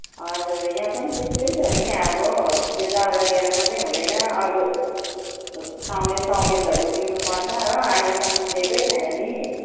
हजुर यहाँ पनि त्यस्तै छ नि अब त्यो दाउरा दिएर मात्रै हुँदैन अरू पाउने सहुलियतहरू दिनुपर्छ हो अहिलेसम्म दिएकै छैन नि